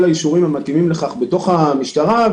האישורים המתאימים לכך בתוך המשטרה,